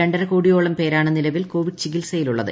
ര്ണ്ടരക്കോടിയോളം പേരാണ് നിലവിൽ കോവിഡ് ചികിത്സയിലുള്ളത്